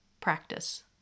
practice